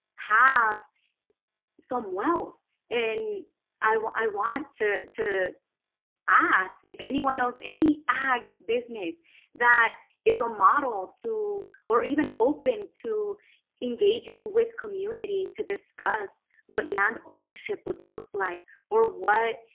have some wealth and i i want to to ask if anyone knows any ag business that is a model to or even open to engaging with community to discuss what land ownership would look like or what?